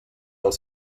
als